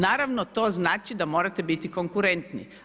Naravno to znači da morate biti konkurentni.